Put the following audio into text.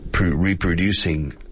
reproducing